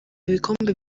ibikombe